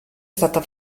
stata